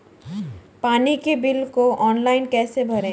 पानी के बिल को ऑनलाइन कैसे भरें?